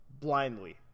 blindly